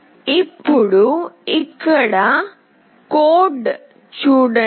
ఇప్పుడు ఇక్కడ కోడ్ చూడండి